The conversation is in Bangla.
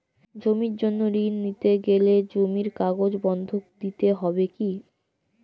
জমির জন্য ঋন নিতে গেলে জমির কাগজ বন্ধক দিতে হবে কি?